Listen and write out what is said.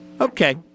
Okay